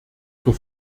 zur